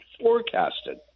forecasted